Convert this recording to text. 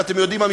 ואתם יודעים מה?